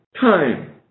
time